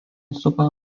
supa